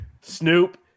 Snoop